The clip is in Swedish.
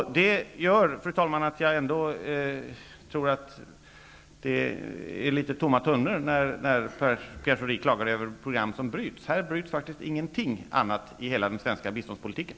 Fru talman! Jag tror ändå att det är litet tomma tunnor när Pierre Schori klagar över program som bryts. Här bryts faktiskt ingenting annat i hela den svenska biståndspolitiken.